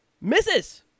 misses